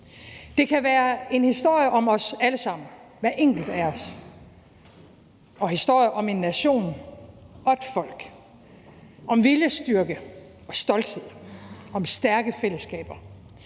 Det kan være historier om os alle sammen, hver enkelt af os, og historier om en nation og et folk, om viljestyrke og stolthed, om stærke fællesskaber